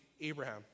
Abraham